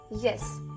Yes